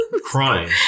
Crying